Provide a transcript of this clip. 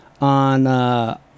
on